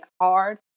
hard